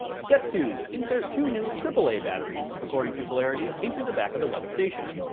step two insert two new aaa batteries, according to polarity, into the back of the weather station.